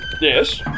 Yes